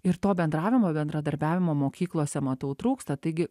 ir to bendravimo bendradarbiavimo mokyklose matau trūksta taigi